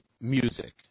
music